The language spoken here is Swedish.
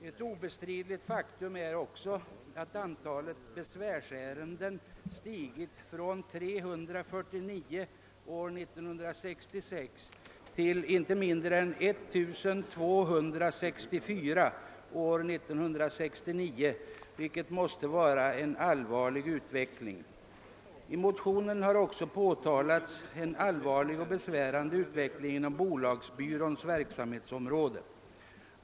Ett obestridligt faktum är också att antalet besvärsärenden stigit från 349 år 1966 till inte mindre än 1264 år 1969, vilket måste betecknas som en ogynnsam utveckling. I motionen har även påtalats en allvarlig och besvärande utveckling inom bolagsbyråns verksamhetsområde.